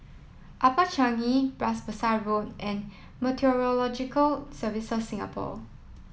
Upper Changi Bras Basah Road and Meteorological Services Singapore